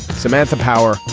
samantha power.